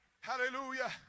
Hallelujah